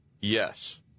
Yes